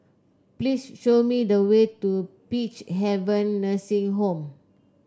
please show me the way to Peacehaven Nursing Home